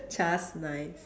just nice